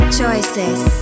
choices